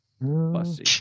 Bussy